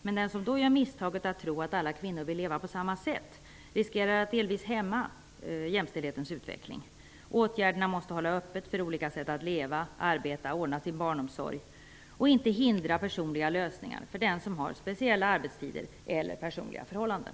Men den som då gör misstaget att tro att alla kvinnor vill leva på samma sätt riskerar att delvis hämma jämställhetens utveckling. Åtgärderna måste innebära att det hålls öppet för olika sätt att leva, arbeta och ordna sin barnomsorg och att de inte hindrar personliga lösningar för den som har speciella arbetstider eller speciella personliga förhållanden.